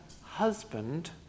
husband